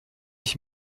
ich